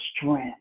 strength